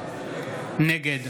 נגד